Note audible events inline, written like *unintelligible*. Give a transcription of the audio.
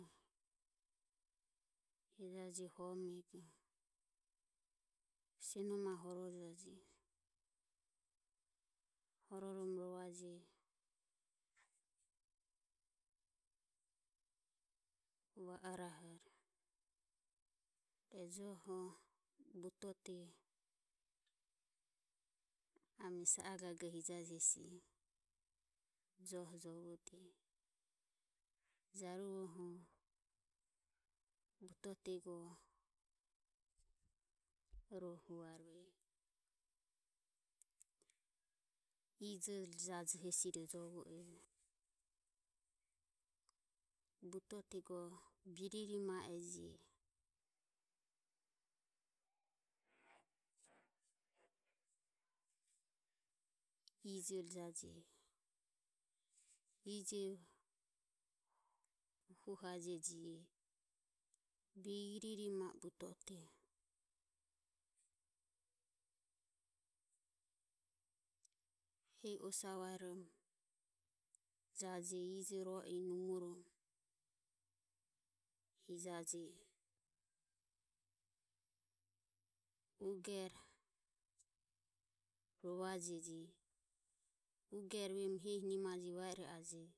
Hejaje homego senoma horojaje hororom rovaje va arahore. E joho butote ame sa a gago hijaje hesi joho jovode. Jaruvoho butote go rohu arue ijoro jiaje hesi roho jovo e. Butote go biriro maeji ijoro jaje, ijo hu huaje biririma butote hehi osae vairomjaje ijo oi numorom hijaje, ugero rovajeji, e *unintelligible* ruerom hehi nimaji va ia ajeji.